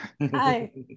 Hi